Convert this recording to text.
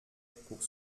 pour